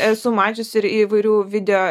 esu mačiusi ir įvairių video